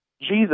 Jesus